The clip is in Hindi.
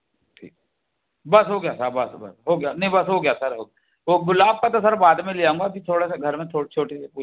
ठीक है बस हो गया साब बस बस हो गया नहीं बस हो गया सर वो गुलाब का तो सर बाद में ले जाऊंगा अभी थोड़ा सा घर में छोटी सी कोई